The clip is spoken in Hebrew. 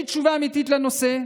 אין לי תשובה אמיתית לנושא,